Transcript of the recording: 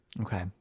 okay